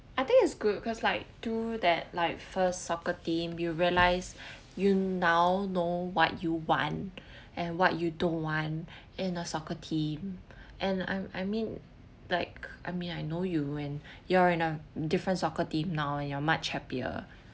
I think it's good cause like through that like first soccer team you realise you now know what you want and what you don't want in a soccer team and I'm I mean like I mean I know you when you're in a different soccer team now and you are much happier